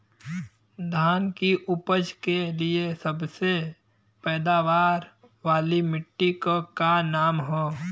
धान की उपज के लिए सबसे पैदावार वाली मिट्टी क का नाम ह?